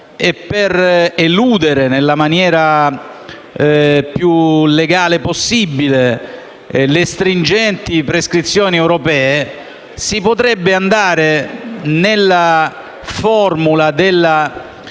e per eludere nella maniera più legale possibile le stringenti prescrizioni europee, si potrebbe adottare la formula delle